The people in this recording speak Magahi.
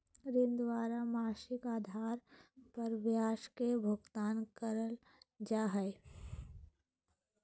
ऋणी द्वारा मासिक आधार पर ब्याज के भुगतान कइल जा हइ